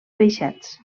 peixets